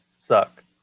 suck